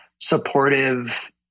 supportive